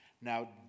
Now